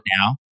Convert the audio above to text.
now